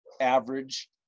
average